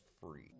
free